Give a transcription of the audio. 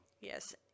Yes